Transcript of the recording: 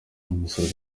miss